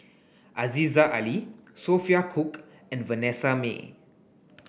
Aziza Ali Sophia Cooke and Vanessa Mae